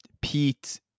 Pete